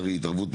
וקרנות,